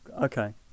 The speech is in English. Okay